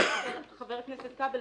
וחבר הכנסת כבל,